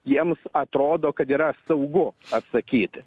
jiems atrodo kad yra saugu atsakyti